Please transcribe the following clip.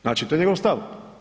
Znači to je njegov stav.